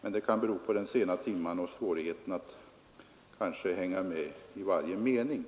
men det kan bero på den sena timmen och svårigheterna att hänga med i varje mening.